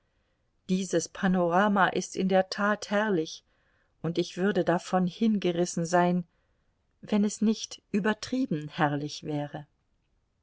dieses panorama ist in der tat herrlich und ich würde davon hingerissen sein wenn es nicht übertrieben herrlich wäre